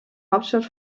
hauptstadt